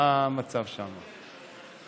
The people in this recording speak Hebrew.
מה המצב שם?